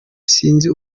sinzi